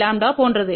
125ʎ போன்றது